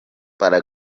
para